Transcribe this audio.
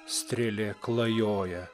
strėlė klajoja